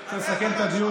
אני רוצה לסכם את הדיון.